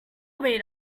meet